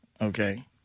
Okay